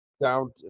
down